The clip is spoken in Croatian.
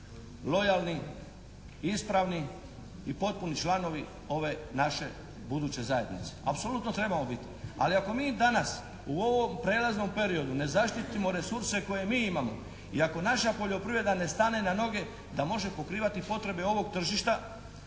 lojalni, ispravni i potpuni članovi ove naše buduće zajednice. Apsolutno trebamo biti. Ali ako mi danas u ovom prijelaznom periodu ne zaštitimo resurse koje mi imamo i ako naša poljoprivreda ne stane na noge da može pokrivati potrebe ovog tržišta,